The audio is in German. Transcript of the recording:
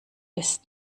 ist